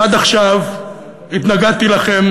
עד עכשיו התנגדתי לכם,